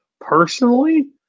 Personally